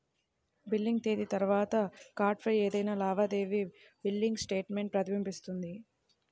billing తేదీ తర్వాత కార్డ్పై ఏదైనా లావాదేవీ బిల్లింగ్ స్టేట్మెంట్ ప్రతిబింబిస్తుంది